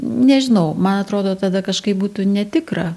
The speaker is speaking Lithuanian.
nežinau man atrodo tada kažkaip būtų netikra